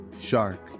shark